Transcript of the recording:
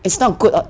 it's not good a~